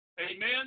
Amen